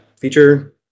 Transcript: feature